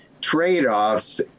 trade-offs